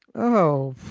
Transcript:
oh